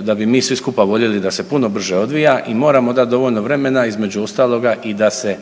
da bi mi svi skupa voljeli da se puno brže odvija i moramo dati dovoljno vremena između ostaloga i da se,